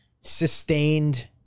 sustained